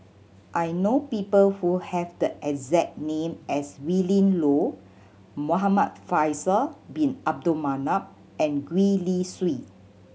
I know people who have the exact name as Willin Low Muhamad Faisal Bin Abdul Manap and Gwee Li Sui